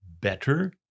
better